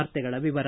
ವಾರ್ತೆಗಳ ವಿವರ